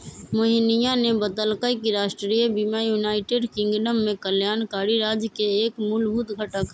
मोहिनीया ने बतल कई कि राष्ट्रीय बीमा यूनाइटेड किंगडम में कल्याणकारी राज्य के एक मूलभूत घटक हई